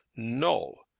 no.